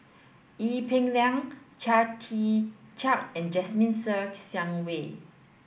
Ee Peng Liang Chia Tee Chiak and Jasmine Ser Xiang Wei